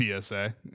PSA